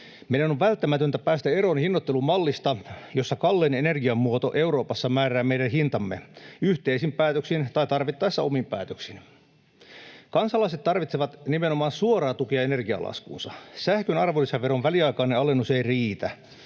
Meidän on välttämätöntä päästä eroon hinnoittelumallista, joissa kallein energiamuoto Euroopassa määrää meidän hintamme — yhteisin päätöksin tai tarvittaessa omin päätöksin. Kansalaiset tarvitsevat nimenomaan suoraa tukea energialaskuunsa. Sähkön arvonlisäveron väliaikainen alennus ei riitä.